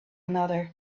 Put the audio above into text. another